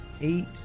eight